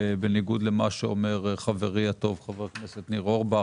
בניגוד למה שאומר חברי הטוב חבר הכנסת ניר אורבך,